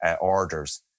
orders